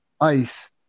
ICE